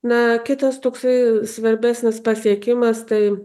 na kitas toksai svarbesnis pasiekimas tai